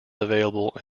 available